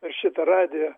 per šitą radiją